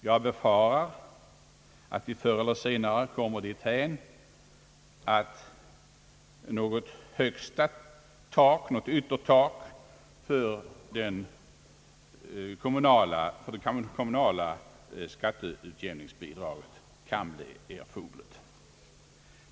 Jag befarar att vi förr eller senare kommer dithän att något slags högsta tak — yttertak — för det kommunala skatteutjämningsbidraget kan bli erforderligt.